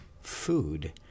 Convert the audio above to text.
food